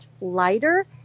lighter